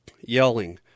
yelling